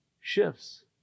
shifts